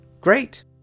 Great